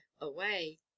away